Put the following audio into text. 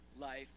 life